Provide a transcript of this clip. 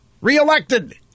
reelected